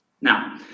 now